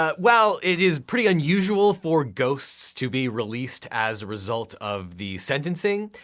ah well, it is pretty unusual for ghosts to be released as a result of the sentencing.